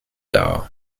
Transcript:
dar